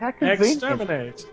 Exterminate